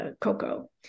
cocoa